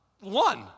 one